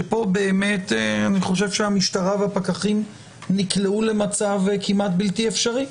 ופה אני חושב שהמשטרה והפקחים נקלעו למצב כמעט בלתי אפשרי,